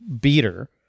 beater